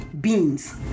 beans